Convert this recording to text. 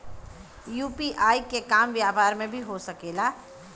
UPI के काम व्यापार में भी हो सके ला?